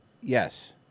Yes